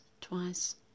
twice